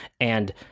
And-